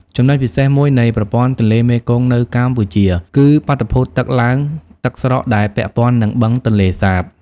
ចំណុចពិសេសមួយនៃប្រព័ន្ធទន្លេមេគង្គនៅកម្ពុជាគឺបាតុភូតទឹកឡើងទឹកស្រកដែលពាក់ព័ន្ធនឹង បឹងទន្លេសាប។